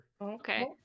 Okay